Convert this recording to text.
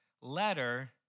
letter